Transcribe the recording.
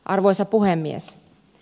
arvoisa puhemies